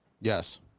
Yes